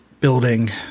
building –